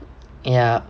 ya